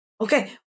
Okay